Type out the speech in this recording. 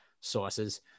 sources